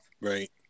Right